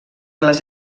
les